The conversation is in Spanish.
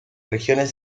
regiones